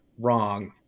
Wrong